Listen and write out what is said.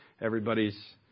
everybody's